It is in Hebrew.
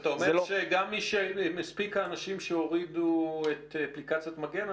אתה אומר שמספיק האנשים שהורידו את אפליקציית המגן,